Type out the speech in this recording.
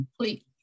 Complete